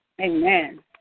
amen